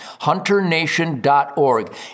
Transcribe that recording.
HunterNation.org